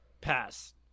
Pass